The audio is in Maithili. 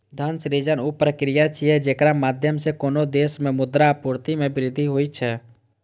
धन सृजन ऊ प्रक्रिया छियै, जेकरा माध्यम सं कोनो देश मे मुद्रा आपूर्ति मे वृद्धि होइ छै